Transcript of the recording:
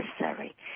necessary